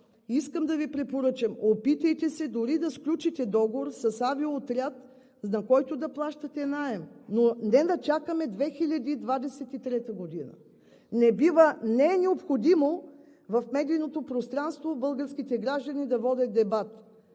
Искам да Ви препоръчам: опитайте се дори да сключите договор с авиоотряд, на който да плащате наем, но не да чакаме 2023 г. Не бива, не е необходимо в медийното пространство българските граждани да водят дебат: